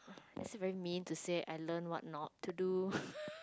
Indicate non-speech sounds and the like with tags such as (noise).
is it very mean to say I learn what not to do (laughs)